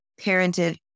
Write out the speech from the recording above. parented